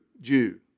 Jew